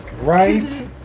Right